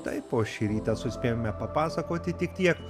taip o šį rytą suspėjome papasakoti tik tiek